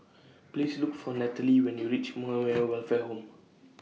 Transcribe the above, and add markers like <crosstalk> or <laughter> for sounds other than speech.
Please Look For Nataly when YOU REACH <unintelligible> Welfare Home